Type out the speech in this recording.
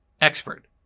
expert